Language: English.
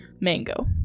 mango